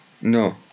No